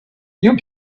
you